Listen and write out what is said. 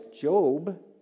Job